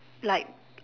like